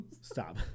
Stop